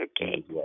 Okay